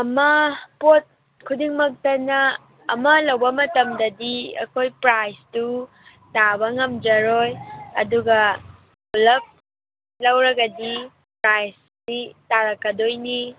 ꯑꯃ ꯄꯣꯠ ꯈꯨꯗꯤꯡꯃꯛꯇꯅ ꯑꯃ ꯂꯧꯕ ꯃꯇꯝꯗꯗꯤ ꯑꯩꯈꯣꯏ ꯄ꯭ꯔꯥꯏꯁꯇꯨ ꯇꯥꯕ ꯉꯝꯖꯔꯣꯏ ꯑꯗꯨꯒ ꯄꯨꯂꯞ ꯂꯧꯔꯒꯗꯤ ꯄ꯭ꯔꯥꯏꯁꯇꯤ ꯇꯥꯔꯛꯀꯗꯣꯏꯅꯤ